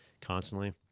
constantly